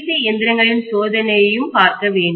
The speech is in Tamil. சி இயந்திரங்களின் சோதனையையும் பார்க்க வேண்டும்